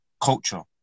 culture